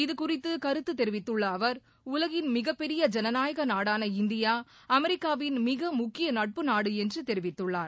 இது குறித்து கருத்து தெரிவித்துள்ள அவர் உலகின் மிகப்பெரிய ஜனநாயக நாடான இந்தியா அமெரிக்காவின் மிக முக்கிய நட்பு நாடு என்று தெரிவித்துள்ளார்